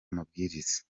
amabwiriza